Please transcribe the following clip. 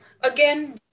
again